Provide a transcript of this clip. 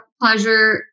pleasure